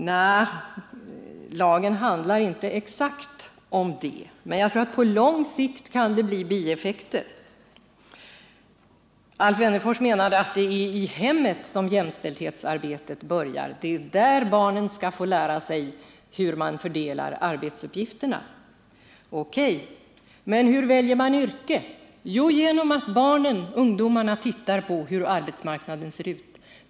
Nej, lagen handlar inte exakt om det. Men jag tror att på lång sikt kan det bli bieffekter. Alf Wennerfors menade att det är i hemmet som jämställdhetsarbetet börjar — det är där barnen skall få lära sig hur man fördelar arbetsuppgifterna. Det kan vara sant, men hur väljer man yrke? Jo, genom att ungdomarna tittar på hur arbetsmarknaden ser ut.